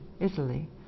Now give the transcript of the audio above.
Italy